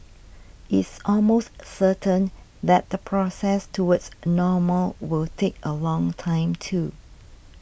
it's almost certain that the process towards normal will take a long time too